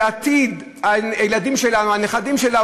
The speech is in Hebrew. שעתיד הילדים שלה או הנכדים שלה,